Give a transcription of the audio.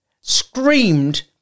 screamed